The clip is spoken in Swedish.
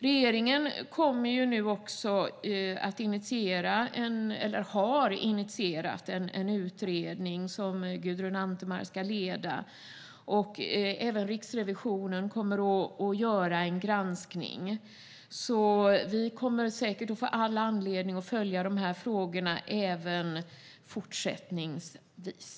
Regeringen kommer också att initiera, eller har initierat, en utredning som Gudrun Antemar ska leda. Även Riksrevisionen kommer att göra en granskning, så vi kommer säkert att få all anledning att följa de här frågorna även fortsättningsvis.